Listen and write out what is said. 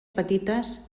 petites